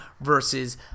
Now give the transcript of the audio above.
versus